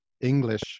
English